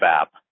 app